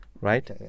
Right